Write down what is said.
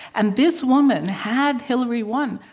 and this woman, had hillary won,